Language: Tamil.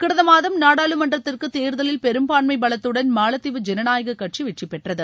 கடந்த மாதம் நாடாளுமன்றத்திற்கு தேர்தலில் பெரும்பான்மை பலத்துடன் மாலத்தீவு ஜனநாயக கட்சி வெற்றிப்பெற்றது